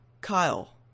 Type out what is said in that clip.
Kyle